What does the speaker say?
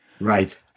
Right